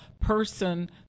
person